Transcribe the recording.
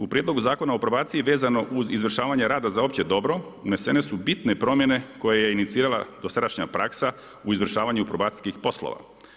U prijedlogu zakona o probaciji vezano uz izvršavanje rada za opće dobro unesene su bitne promjene koje je inicirala dosadašnja praksa u izvršavanju probacijskih poslova.